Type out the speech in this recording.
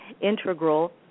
Integral